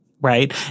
right